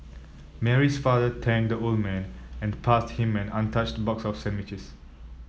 Mary's father thanked the old man and passed him an untouched box of sandwiches